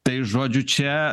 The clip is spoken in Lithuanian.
tai žodžiu čia